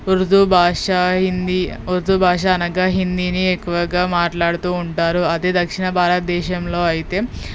ఉర్దూ భాష హిందీ ఉర్దూ భాష అనగా హిందీని ఎక్కువగా మాట్లాడుతూ ఉంటారు అదే దక్షిణ భారత దేశంలో అయితే